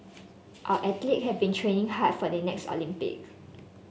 our athlete have been training hard for the next Olympic